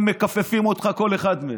והם מכפכפים אותך, כל אחד מהם.